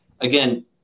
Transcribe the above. again